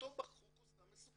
הגדרתו בחוק הוא סם מסוכן.